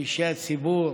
מאישי הציבור